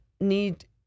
need